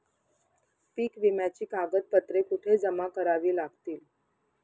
पीक विम्याची कागदपत्रे कुठे जमा करावी लागतील?